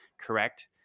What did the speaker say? correct